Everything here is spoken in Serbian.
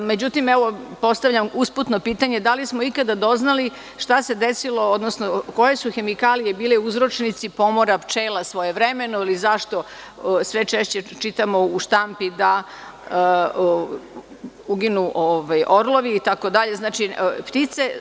Međutim, evo postavljam usputno pitanje - da li smo ikada doznali šta se desilo, odnosno koje su hemikalije bile uzročnici pomora pčela svojevremeno ili zašto sve češće čitamo u štampi da uginu orlovi, itd, ptice?